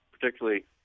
particularly